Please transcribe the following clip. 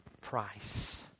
price